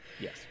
Yes